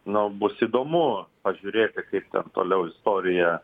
nu bus įdomu pažiūrėti kaip ten toliau istorija